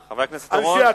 חבר הכנסת אורון,